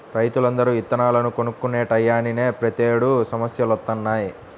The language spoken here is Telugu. రైతులందరూ ఇత్తనాలను కొనుక్కునే టైయ్యానినే ప్రతేడు సమస్యలొత్తన్నయ్